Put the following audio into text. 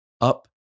Up